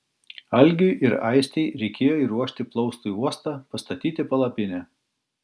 algiui ir aistei reikėjo įruošti plaustui uostą pastatyti palapinę